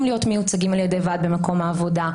להיות מיוצגים על-ידי ועד במקום העבודה,